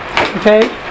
Okay